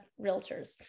Realtors